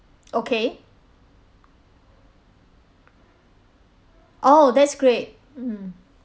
okay oh that's great mm